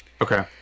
Okay